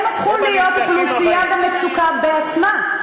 הם הפכו להיות אוכלוסייה במצוקה בעצמם,